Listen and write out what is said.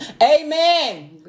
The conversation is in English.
Amen